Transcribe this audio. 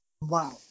Wow